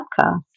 podcast